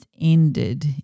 ended